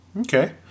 Okay